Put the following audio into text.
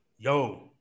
Yo